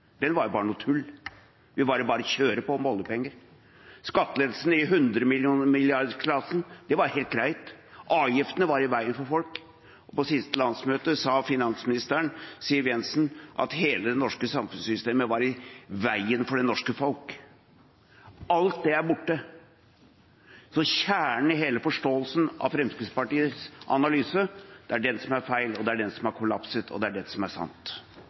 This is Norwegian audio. var bare noe tull, det var bare å kjøre på med oljepenger. Skattelettelser i hundremilliarderkronersklassen var helt greit. Avgiftene var i veien for folk. Og på siste landsmøte sa finansminister Siv Jensen at hele det norske samfunnssystemet var i veien for det norske folk. Alt det er borte. Så kjernen i hele forståelsen av Fremskrittspartiets analyse – det er den som er feil, og det er den som har kollapset. Og det er dette som er sant.